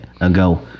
ago